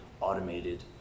automated